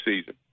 season